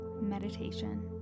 meditation